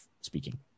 speaking